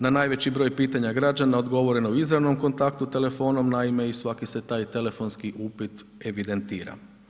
Na najveći broj pitanja građana, odgovoreno je u izravnom kontaktu telefonom, naime i svaki se taj telefonski upit evidentira.